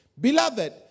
Beloved